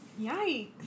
Yikes